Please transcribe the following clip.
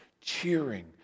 cheering